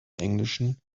englischen